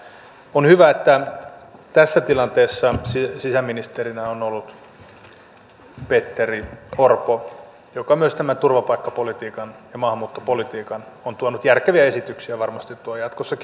on hyvä että tässä tilanteessa sisäministerinä on ollut petteri orpo joka myös turvapaikkapolitiikkaan ja maahanmuuttopolitiikkaan on tuonut järkeviä esityksiä ja varmasti tuo jatkossakin